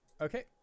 Okay